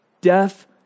Death